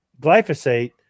glyphosate